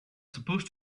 supposed